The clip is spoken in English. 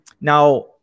Now